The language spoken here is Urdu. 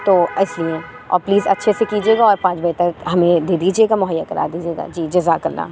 تو ایسے ہی ہے اور پلیز اچھے سے کیجیے گا اور پانچ بجے تک ہمیں دے دیجیے گا مہیا کرا دیجیے گا جی جزاک اللہ